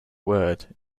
word